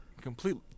completely